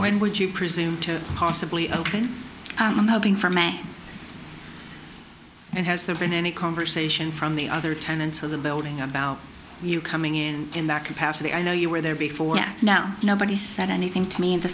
when would you presume to possibly ok i'm hoping for may and has there been any conversation from the other tenants of the building about you coming in in that capacity i know you were there before now nobody said anything to me and t